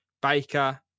Baker